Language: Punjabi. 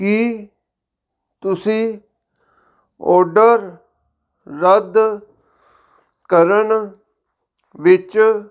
ਕੀ ਤੁਸੀਂ ਆਰਡਰ ਰੱਦ ਕਰਨ ਵਿੱਚ